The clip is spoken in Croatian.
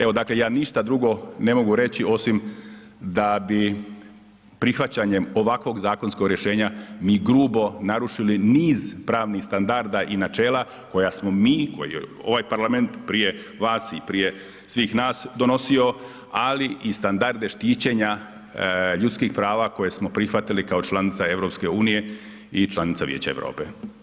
Evo, dakle ja ništa drugo ne mogu reći osim da bi prihvaćanjem ovakvog zakonskog rješenja mi grubo narušili niz pravnih standarda i načela koja smo mi, koja je ovaj parlament prije vas i prije svih nas donosio, ali i standarde štićenja ljudskih prava koje smo prihvatili kao članica EU i članica Vijeća Europe.